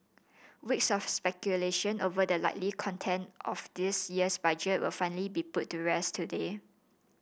weeks of speculation over the likely content of this year's Budget will finally be put to rest today